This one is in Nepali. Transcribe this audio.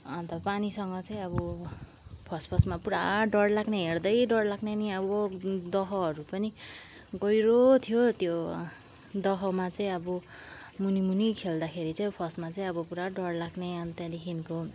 अन्त पानीसँग चाहिँ अब फर्स्ट फर्स्टमा पुरा डर लाग्ने हेर्दै डर लाग्ने नि अब दहहरू पनि गहिरो थियो त्यो दहमा चाहिँ अब मुनि मुनि खेल्दाखेरि चाहिँ फर्स्टमा चाहिँ अब पुरा डर लाग्ने अन्त त्यहाँदेखिको